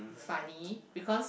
funny because